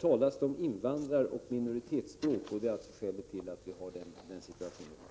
talas om invandrare och minoritetsspråk, och det är därför vi har den situationen.